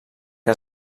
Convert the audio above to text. que